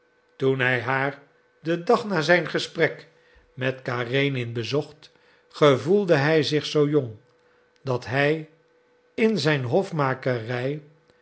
toen hij haar den dag na zijn gesprek met karenin bezocht gevoelde hij zich zoo jong dat hij in zijn hofmakerij